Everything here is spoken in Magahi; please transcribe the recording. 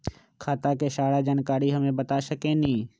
खाता के सारा जानकारी हमे बता सकेनी?